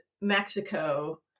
Mexico